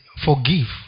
forgive